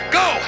go